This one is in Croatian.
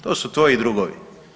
To su tvoji drugovi.